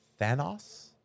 Thanos